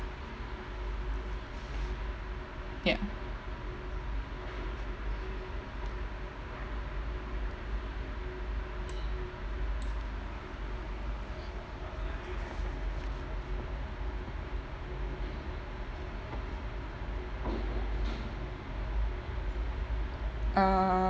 ya uh